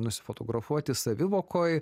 nusifotografuoti savivokoj